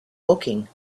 woking